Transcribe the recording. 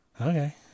Okay